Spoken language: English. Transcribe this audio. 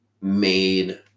made